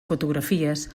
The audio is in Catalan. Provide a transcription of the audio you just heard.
fotografies